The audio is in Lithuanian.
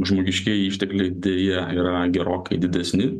žmogiškieji ištekliai deja yra gerokai didesni